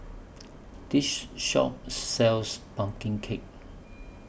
This Shop sells Pumpkin Cake